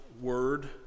word